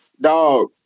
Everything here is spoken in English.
dog